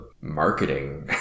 marketing